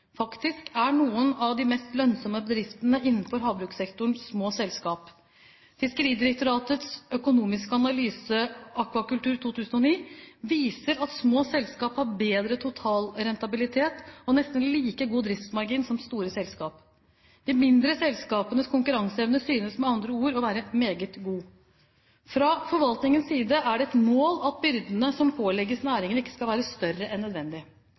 Faktisk er noen av de mest lønnsomme bedriftene innenfor havbrukssektoren små selskap. Fiskeridirektoratets «Økonomiske analyser akvakultur 2009» viser at små selskap har bedre totalrentabilitet og nesten like god driftsmargin som store selskap. De mindre selskapenes konkurranseevne synes med andre ord å være meget god. Fra forvaltningens side er det et mål at byrdene som pålegges næringen, ikke skal være større enn nødvendig.